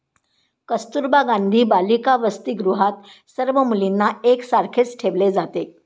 कस्तुरबा गांधी बालिका वसतिगृहात सर्व मुलींना एक सारखेच ठेवले जाते